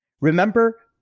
Remember